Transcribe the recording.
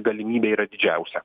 galimybė yra didžiausia